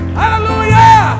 hallelujah